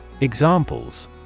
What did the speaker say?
Examples